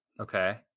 Okay